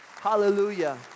Hallelujah